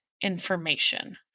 information